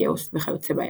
כאוס וכיוצא באלה.